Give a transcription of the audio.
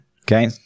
Okay